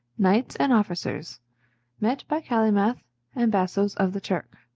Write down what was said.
knights, and officers met by calymath, and bassoes of the turk.